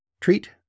Treat